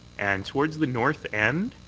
and towards the north end,